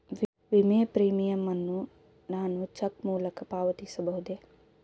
ವಿಮೆ ಪ್ರೀಮಿಯಂ ಅನ್ನು ನಾನು ಚೆಕ್ ಮೂಲಕ ಪಾವತಿಸಬಹುದೇ?